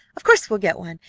of course we'll get one.